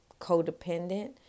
codependent